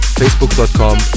facebook.com